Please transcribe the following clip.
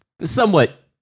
somewhat